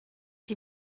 die